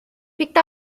picked